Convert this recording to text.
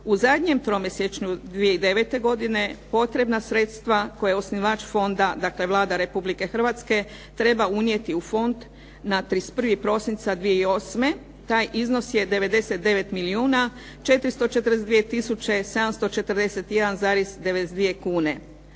u zadnjem tromjesečju 2009. godine potrebna sredstva koje je osnivač fonda, dakle Vlada Republike Hrvatske, treba unijeti u fond na 31. prosinca 2008. Taj iznos se 99 milijuna